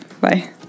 Bye